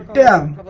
them